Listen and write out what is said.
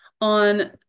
On